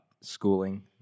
schooling